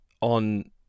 on